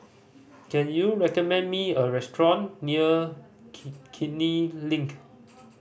can you recommend me a restaurant near Kiichener Link